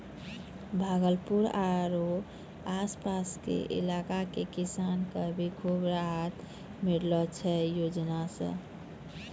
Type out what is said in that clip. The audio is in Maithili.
भागलपुर आरो आस पास के इलाका के किसान कॅ भी खूब राहत मिललो छै है योजना सॅ